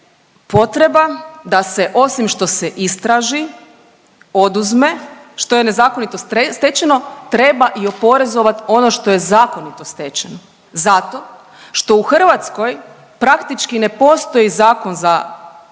potreba da se osim što se istraži, oduzme što je nezakonito stečeno treba i oporezovati ono što je zakonito stečeno. Zato što u Hrvatskoj praktički ne postoji zakon za bogate,